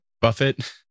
Buffett